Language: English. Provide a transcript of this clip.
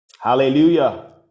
hallelujah